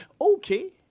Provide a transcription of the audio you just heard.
Okay